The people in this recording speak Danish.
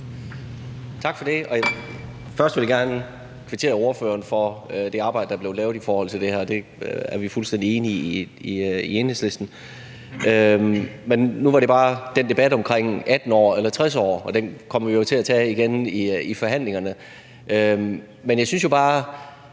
Tak for det. Først vil jeg gerne kvittere ordføreren for det arbejde, der er blevet lavet i forhold til det her. Det er vi fuldstændig enige i i Enhedslisten. I forhold til den debat om 18 år eller 60 år – og den kommer vi jo til at tage igen i forhandlingerne – synes jeg bare,